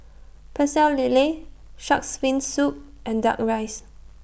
Pecel Lele Shark's Fin Soup and Duck Rice